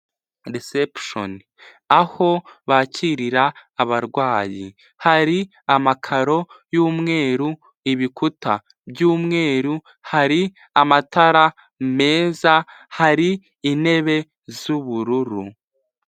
Reception aho bakirira abarwayi, hari amakaro y'umweru, ibikuta by'umweru, hari amatara meza, hari intebe z'ubururu.